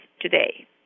today